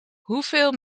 hoeveel